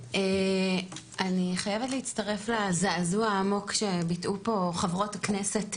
אני חייבת להצטרף לזעזוע העמוק שביטאו פה חברות הכנסת.